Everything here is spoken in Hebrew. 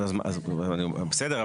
בסדר,